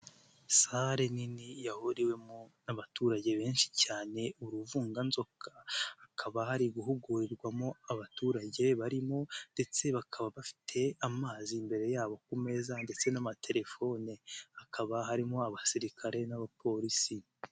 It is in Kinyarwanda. Sare nini yahuriwemo n'abaturage benshi cyane uruvunganzoka hakaba hari guhugurirwamo abaturage barimo ndetse bakaba bafite amazi imbere yabo ku meza ndetse n'amatelefone, hakaba harimo abasirikare n'abapolisi.